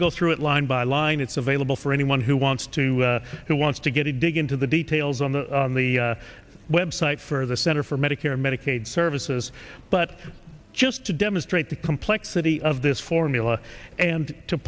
to go through it line by line it's available for anyone who wants to who wants to get a dig into the details on the on the web site for the center for medicare and medicaid services but just to demonstrate the complexity of this formula and to